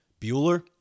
Bueller